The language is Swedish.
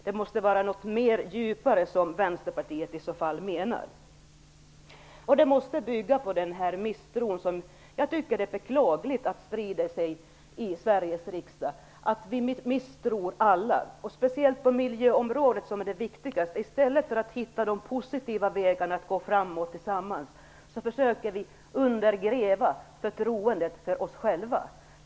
Det måste vara något mer och djupare som Vänsterpartiet i så fall menar. Det måste bygga på den misstro som beklagligt nog har spritt sig i Sveriges riksdag. Vi misstror alla. Speciellt på miljöområdet, som är det viktigaste, försöker vi undergräva förtroendet för oss själva i stället för att hitta de positiva vägarna att gå framåt tillsammans.